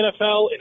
NFL